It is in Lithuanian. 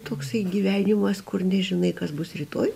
toksai gyvenimas kur nežinai kas bus rytoj